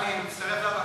גם אני מצטרף לבקשה.